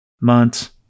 months